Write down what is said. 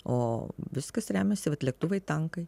o viskas remiasi vat lėktuvai tankai